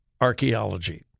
archaeology